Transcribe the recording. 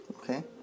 Okay